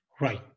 Right